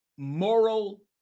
Moral